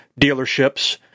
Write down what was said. dealerships